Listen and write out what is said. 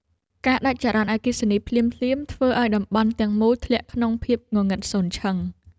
ការដាច់ចរន្តអគ្គិសនីភ្លាមៗ ធ្វើឱ្យតំបន់ទាំងមូលធ្លាក់ក្នុងភាពងងឹតសូន្យឈឹង។